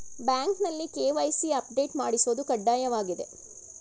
ಬ್ಯಾಂಕ್ನಲ್ಲಿ KYC update ಮಾಡಿಸೋದು ಕಡ್ಡಾಯವಾಗಿದೆ